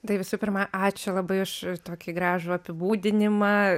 tai visų pirma ačiū labai už tokį gražų apibūdinimą